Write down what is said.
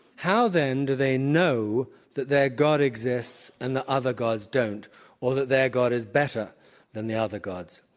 how then do they know that their god exists and the other gods don't or that their god is better than the other gods?